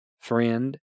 friend